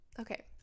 Okay